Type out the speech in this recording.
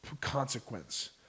consequence